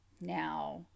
now